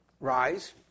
Rise